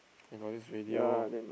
then got this radio